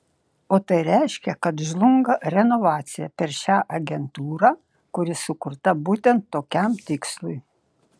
o tai reiškia kad žlunga renovacija per šią agentūrą kuri sukurta būtent tokiam tikslui